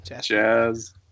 Jazz